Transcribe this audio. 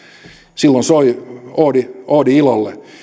silloin soi oodi oodi ilolle